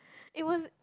it was